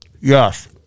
Yes